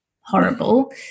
horrible